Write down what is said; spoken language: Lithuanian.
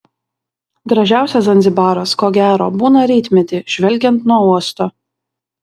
gražiausias zanzibaras ko gero būna rytmetį žvelgiant nuo uosto